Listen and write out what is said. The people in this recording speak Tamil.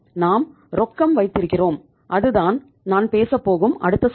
நாம் ரொக்கம் வைத்திருக்கிறோம் அதுதான் நான் பேசப் போகும் அடுத்த சொத்து